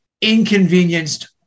inconvenienced